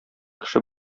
кеше